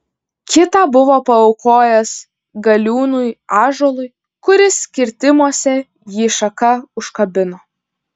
kitą buvo paaukojęs galiūnui ąžuolui kuris kirtimuose jį šaka užkabino